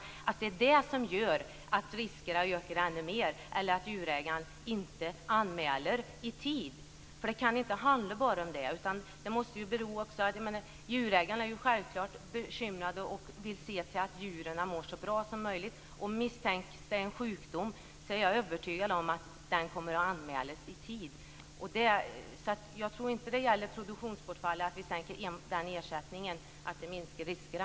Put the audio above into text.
Jag kan inte tro att det gör att riskerna ökar ännu mer eller att djurägarna inte gör anmälan i tid. Det kan inte handla bara om det. Djurägarna är ju självklart bekymrade och vill se att djuren mår så bra som möjligt. Misstänker man en sjukdom är jag övertygad om att den kommer att anmälas i tid, så jag tror inte att ersättningen för produktionsbortfallet minskar riskerna.